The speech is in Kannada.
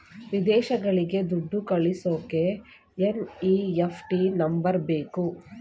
ವಿದೇಶಗಳಿಗೆ ದುಡ್ಡು ಕಳಿಸೋಕೆ ಎನ್.ಇ.ಎಫ್.ಟಿ ನಂಬರ್ ಬೇಕು